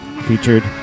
Featured